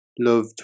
loved